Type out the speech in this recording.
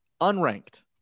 unranked